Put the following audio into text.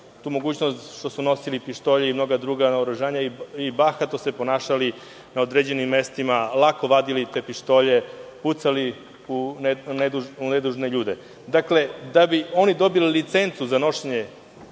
tu mogućnost što su nosili pištolje i mnoga druga naoružanja i bahato se ponašali na određenim mestima, lako vadili te pištolje, pucali u nedužne ljude. Dakle, da bi dobili licencu za nošenje